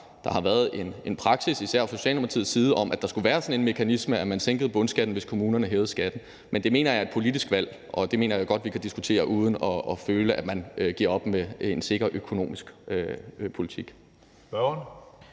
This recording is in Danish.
der har været en praksis, især fra Socialdemokratiets side, om, at der skulle være sådan en mekanisme, hvor man sænkede bundskatten, hvis kommunerne hævede skatten, men det mener jeg er et politisk valg, og det mener jeg godt vi kan diskutere, uden at man skal føle, at der bliver givet op i forhold til en sikker økonomisk politik.